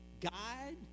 guide